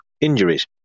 injuries